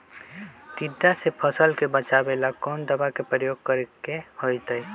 टिड्डा से फसल के बचावेला कौन दावा के प्रयोग करके होतै?